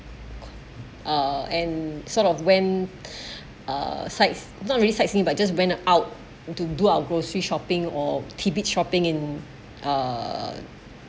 uh and sort of when uh sites not really sightseeing by just went out to do our grocery shopping or a bit shopping in uh